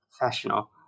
professional